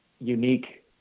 unique